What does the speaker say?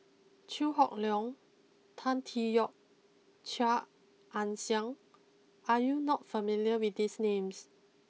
Chew Hock Leong Tan Tee Yoke and Chia Ann Siang are you not familiar with these names